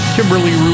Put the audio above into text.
Kimberly